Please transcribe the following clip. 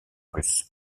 russe